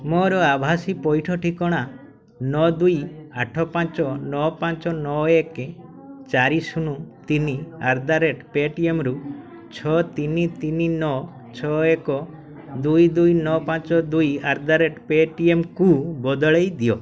ମୋର ଆଭାସୀ ପଇଠ ଠିକଣା ନଅ ଦୁଇ ଆଠ ପାଞ୍ଚ ନଅ ପାଞ୍ଚ ନଅ ଏକ ଚାରି ଶୂନ ତିନି ଆଟ ଦ ରେଟ୍ ପେଟିଏମରୁ ଛଅ ତିନି ତିନି ନଅ ଛଅ ଏକ ଦୁଇ ଦୁଇ ନଅ ପାଞ୍ଚ ଦୁଇ ଆଟ ଦ ରେଟ୍ ପେଟିଏମକୁ ବଦଳେଇ ଦିଅ